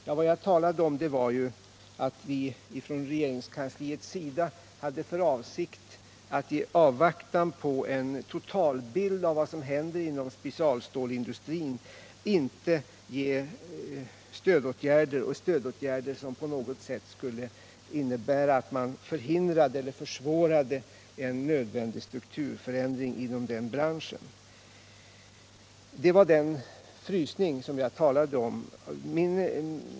Jag sade tidigare att vi från regeringskansliets sida hade för avsikt att i avvaktan på en totalbild av vad som händer inom specialstålsindustrin inte vidta stödåtgärder som på något sätt skulle innebära att man förhindrade eller försvårade en nödvändig strukturförändring inom den branschen. Det var den frysning jag talade om.